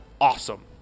awesome